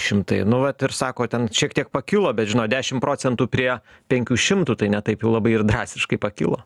šimtai nu vat ir sako ten šiek tiek pakilo bet žinot dešim procentų prie penkių šimtų tai ne taip jau labai ir drastiškai pakilo